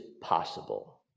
possible